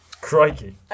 Crikey